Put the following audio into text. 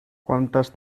cuantas